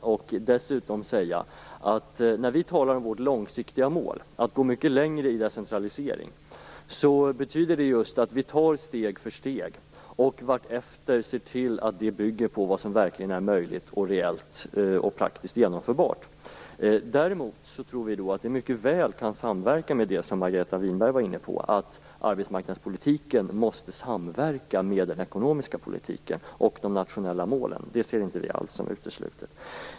Jag kan dessutom säga att när vi talar om vårt långsiktiga mål, att gå mycket längre i decentraliseringen, betyder det just att vi tar steg för steg och vartefter ser till att bygga på vad som verkligen är möjligt, reellt och praktiskt genomförbart. Vi tror att vi mycket väl kan samverka i det som Margareta Winberg var inne på, att arbetsmarknadspolitiken måste samverka med den ekonomiska politiken och de nationella målen. Det ser vi inte alls som uteslutet.